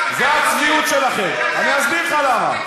99% זה הצביעות שלכם, אני אסביר לך למה.